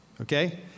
Okay